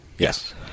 Yes